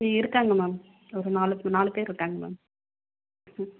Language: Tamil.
இருக்காங்க மேம் ஒரு நாலு நாலுப்பேரு இருக்காங்க மேம்